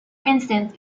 instance